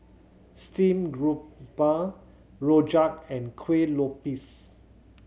steamed grouper Rojak and Kuih Lopes